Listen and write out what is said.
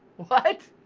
what?